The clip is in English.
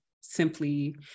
simply